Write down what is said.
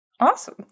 Awesome